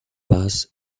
bus